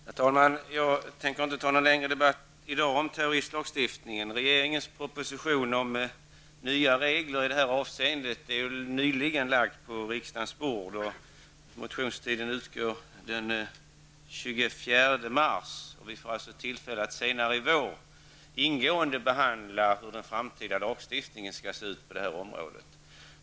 Herr talman! Jag tänker inte i dag föra någon längre debatt om terroristlagstiftningen. Regeringens proposition om nya regler i detta avseende har nyligen lagts på riksdagens bord, och motionstiden utgår den 24 mars. Vi får tillfälle att senare i vår ingående behandla hur den framtida lagstiftningen skall se ut på detta område.